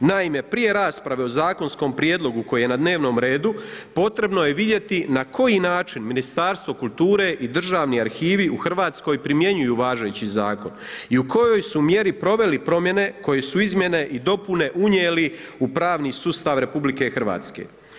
Naime, prije rasprave o zakonskom prijedlogu koji je na dnevnom redu potrebno je vidjeti na koji način Ministarstvo kulture i državni arhivi u Hrvatskoj primjenjuju važeći zakon i u kojoj su mjeri proveli promjene koje su izmjene i dopune unijeli u pravni sustav RH.